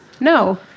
no